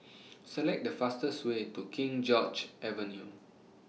Select The fastest Way to King George's Avenue